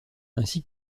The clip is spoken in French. ainsi